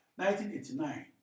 1989